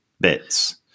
bits